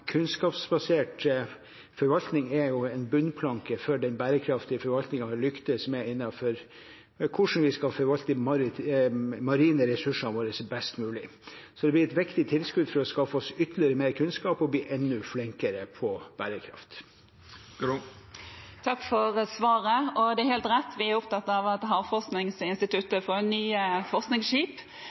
Kunnskapsbasert forvaltning er jo en bunnplanke for den bærekraftige forvaltningen vi lykkes med innenfor hvordan vi skal forvalte de marine ressursene våre best mulig. Det blir et viktig tilskudd for å skaffe oss ytterligere kunnskap og bli enda flinkere på bærekraft. Takk for svaret. Det er helt rett: Vi er opptatt av at